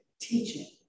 teaching